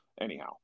anyhow